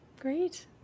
Great